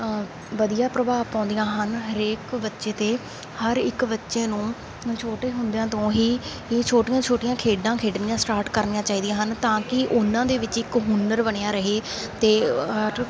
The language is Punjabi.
ਵਧੀਆ ਪ੍ਰਭਾਵ ਪਾਉਂਦੀਆਂ ਹਨ ਹਰੇਕ ਬੱਚੇ 'ਤੇ ਹਰ ਇੱਕ ਬੱਚੇ ਨੂੰ ਛੋਟੇ ਹੁੰਦਿਆਂ ਤੋਂ ਹੀ ਛੋਟੀਆਂ ਛੋਟੀਆਂ ਖੇਡਾਂ ਖੇਡਣੀਆਂ ਸਟਾਟ ਕਰਨੀਆਂ ਚਾਹੀਦੀਆਂ ਹਨ ਤਾਂ ਕਿ ਉਨ੍ਹਾਂ ਦੇ ਵਿੱਚ ਇੱਕ ਹੁਨਰ ਬਣਿਆ ਰਹੇ ਅਤੇ